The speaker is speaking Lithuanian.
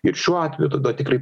ir šiuo atveju tada tikrai